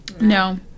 No